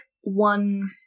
one